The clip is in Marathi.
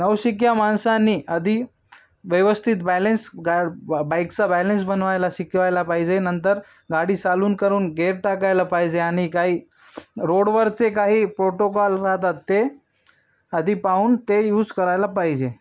नवशिक्या माणसांनी आधी व्यवस्थित बॅलेन्स गा बा बाईकचा बॅलेन्स बनवायला शिकवायला पाहिजे नंतर गाडी चालून करून गेर टाकायला पाहिजे आणि काही रोडवरचे काही प्रोटोकॉल राहतात ते आधी पाहून ते यूज करायला पाहिजे